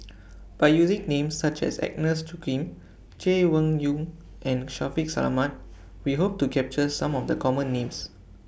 By using Names such as Agnes Joaquim Chay Weng Yew and Shaffiq Selamat We Hope to capture Some of The Common Names